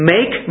Make